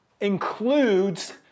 includes